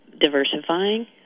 diversifying